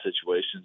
situations